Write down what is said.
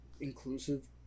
inclusive